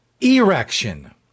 erection